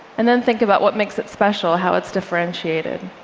and then think about what makes it special, how it's differentiated.